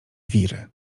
wiry